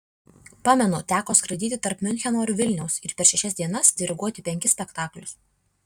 pamenu teko skraidyti tarp miuncheno ir vilniaus ir per šešias dienas diriguoti penkis spektaklius